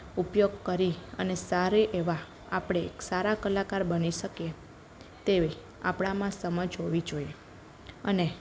ઉપયોગ કરી અને સારી એવા આપણે એક સારા કલાકાર બની શકીએ તેવી આપણામાં સમજ હોવી જોઈએ અને